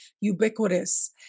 ubiquitous